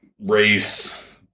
race